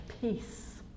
Peace